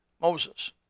Moses